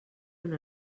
una